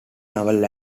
novel